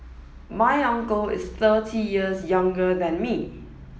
my uncle is thirty years younger than me